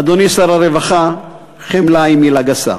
אדוני שר הרווחה, חמלה היא מילה גסה.